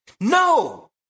No